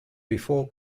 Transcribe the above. before